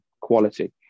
quality